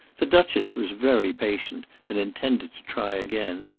the duchess was very patient and intended to try again,